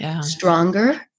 stronger